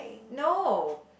no